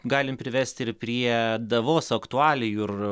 galim privesti ir prie davoso aktualijų ir